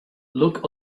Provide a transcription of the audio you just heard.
look